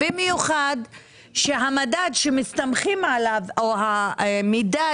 במיוחד שהמדד שמסתמכים עליו או המידע